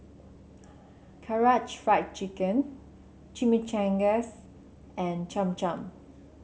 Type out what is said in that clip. Karaage Fried Chicken Chimichangas and Cham Cham